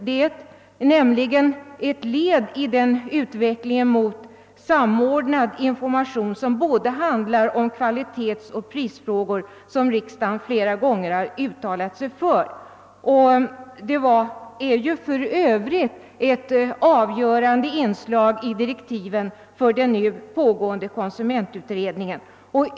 Detta är nämligen ett led i den utveckling mot samordnad information i både kvalitetsoch prisfrågor som riksdagen flera gånger har uttalat sig för. Den är för övrigt ett avgörande inslag i direktiven för den nu pågående konsumentutredningen.